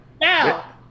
Now